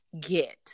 get